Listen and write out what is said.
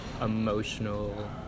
emotional